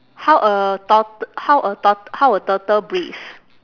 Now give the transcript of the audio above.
how a tort~ how a tort~ how a turtle breathe